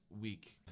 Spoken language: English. week